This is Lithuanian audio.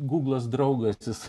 gumulas draugas jis